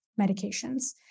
medications